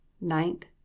ninth